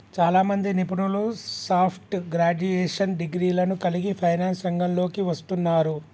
చాలామంది నిపుణులు soft graduation డిగ్రీలను కలిగి ఫైనాన్స్ రంగంలోకి వస్తున్నారు